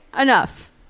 enough